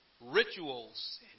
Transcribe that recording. rituals